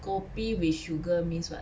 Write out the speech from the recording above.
kopi with sugar means what